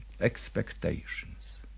Expectations